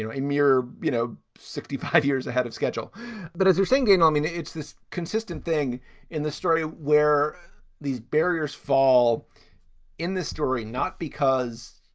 a mere, you know, sixty five years ahead of schedule that as they're singing. i mean, it's this consistent thing in the story where these barriers fall in this story, not because,